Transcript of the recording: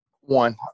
One